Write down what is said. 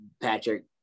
Patrick